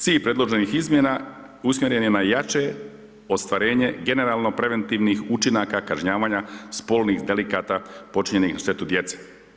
Cilj predloženih izmjena usmjeren je na jače ostvarenje generalno preventivnih učinaka kažnjavanja spolnih delikata počinjenih na štetu djece.